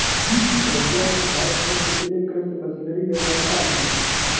भैया भारत में कितने कृषि मशीनरी निर्माता है?